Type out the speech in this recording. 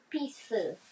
Peaceful